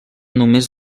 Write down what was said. només